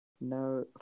No